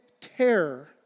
terror